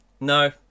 No